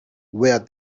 where